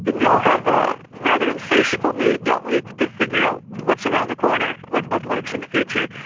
and we all have a rather insatiable need, don't we, to figure out what is around the corner, what what lurks in the future.